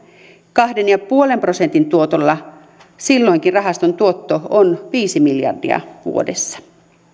kahden pilkku viiden prosentin tuotolla silloinkin rahaston tuotto on viisi miljardia vuodessa